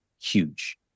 Huge